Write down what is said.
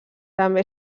també